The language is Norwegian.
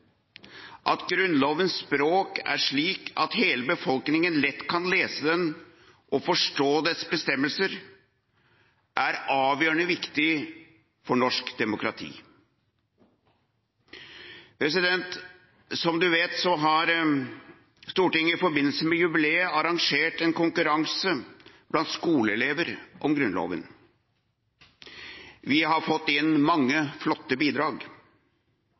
At Grunnlovens språk er slik at hele befolkningen lett kan lese den og forstå dens bestemmelser, er avgjørende viktig for norsk demokrati. Stortinget har i forbindelse med jubileet arrangert en konkurranse blant skoleelever om Grunnloven. Vi har fått inn mange flotte bidrag.